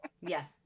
yes